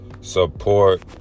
support